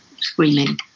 screaming